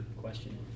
question